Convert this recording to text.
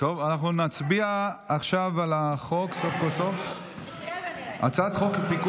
נחיה ונראה.